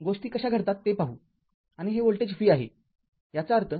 गोष्टी कशा घडतात ते पाहू आणि हे व्होल्टेज v आहेयाचा अर्थ०